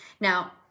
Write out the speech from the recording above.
Now